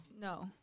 No